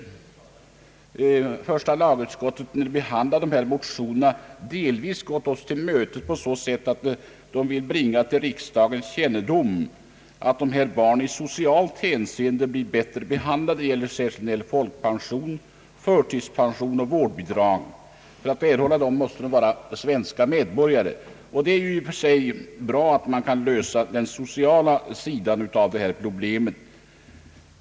Första lagutskottet har vid behandlingen av dessa motioner delvis gått oss till mötes genom att man vill bringa till riksdagens kännedom att dessa barn i socialt hänseende blir bättre behandlade, särskilt när det gäller folkpension, förtidspension och vårdbidrag. För att åtnjuta dessa förmåner måste vederbörande vara svensk medborgare. Det är i och för sig bra att man kan lösa den sociala delen av detta problem.